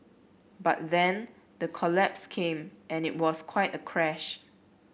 but then the collapse came and it was quite a crash